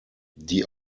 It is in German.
die